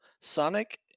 Sonic